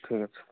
ঠিক আছে